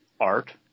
art